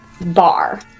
bar